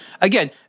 Again